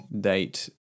date